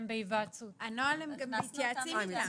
הם גם מתייעצים איתם.